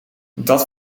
dat